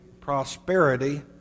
prosperity